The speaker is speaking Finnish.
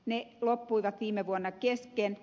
ne loppuivat viime vuonna kesken